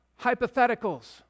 hypotheticals